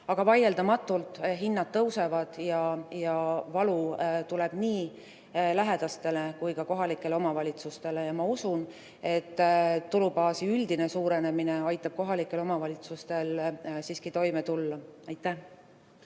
Aga vaieldamatult hinnad tõusevad ja valu tuleb nii lähedastele kui ka kohalikele omavalitsustele. Ma usun, et tulubaasi üldine suurenemine aitab kohalikel omavalitsustel siiski toime tulla. Ja